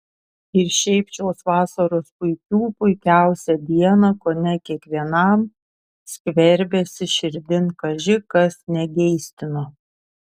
ir šiaip šios vasaros puikių puikiausią dieną kone kiekvienam skverbėsi širdin kaži kas negeistino